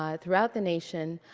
um throughout the nation,